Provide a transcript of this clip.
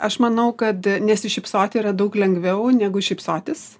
aš manau kad nesišypsoti yra daug lengviau negu šypsotis